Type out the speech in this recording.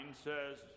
says